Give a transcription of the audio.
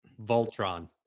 Voltron